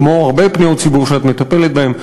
כמו הרבה פניות ציבור שאת מטפלת בהן,